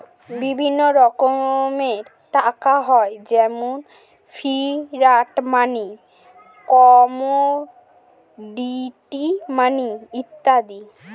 বিভিন্ন রকমের টাকা হয় যেমন ফিয়াট মানি, কমোডিটি মানি ইত্যাদি